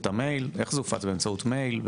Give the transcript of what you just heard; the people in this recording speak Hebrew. זה הופץ במייל?